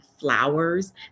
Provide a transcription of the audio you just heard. flowers